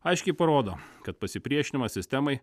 aiškiai parodo kad pasipriešinimas sistemai